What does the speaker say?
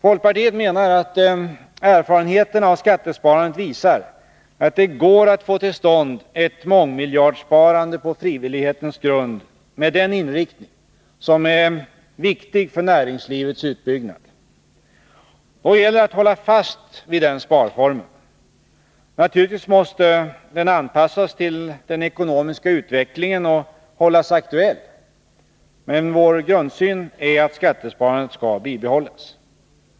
Folkpartiet menar att erfarenheterna av skattesparandet visar att det går att få till stånd ett mångmiljardsparande på frivillighetens grund med den inriktning som är viktig för näringslivets utbyggnad. Då gäller det att hålla fast vid den sparformen. Naturligtvis måste den anpassas till den ekonomiska utvecklingen och hållas aktuell. Men vår grundsyn är att skattesparandet skall bibehållas.